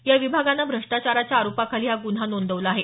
या विभागानं भ्रष्टाचाराच्या आरोपाखाली हा गुन्हा नोंदवला आहे